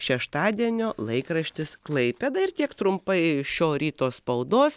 šeštadienio laikraštis klaipėda ir tiek trumpai šio ryto spaudos